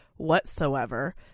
whatsoever